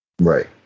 Right